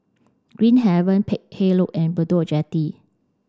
Green Haven Peck Hay Road and Bedok Jetty